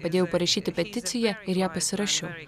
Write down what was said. padėjau parašyti peticiją ir ją pasirašiau